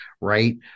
right